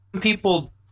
people